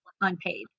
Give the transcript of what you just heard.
unpaid